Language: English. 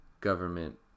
government